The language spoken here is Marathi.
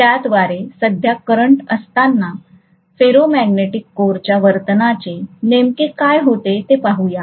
त्याद्वारे सध्या करंट असताना फेरोमॅग्नेटिक कोरच्या वर्तनाचे नेमके काय होते ते पाहूया